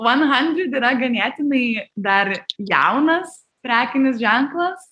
vuon handrid yra ganėtinai dar jaunas prekinis ženklas